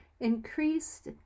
increased